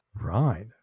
Right